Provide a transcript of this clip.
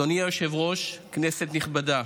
אדוני היושב-ראש, כנסת נכבדה,